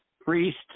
priest